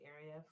area